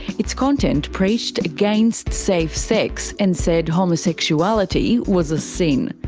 its content preached against safe sex, and said homosexuality was a sin.